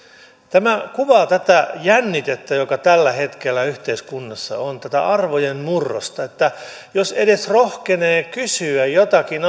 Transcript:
tämä kuvaa tätä jännitettä joka tällä hetkellä yhteiskunnassa on tätä arvojen murrosta että jos lainsäätäjänä rohkenee edes kysyä jotakin